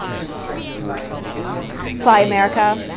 constrained by fly america,